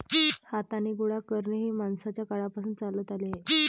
हाताने गोळा करणे हे माणसाच्या काळापासून चालत आले आहे